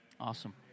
awesome